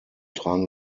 tragen